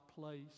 place